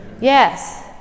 Yes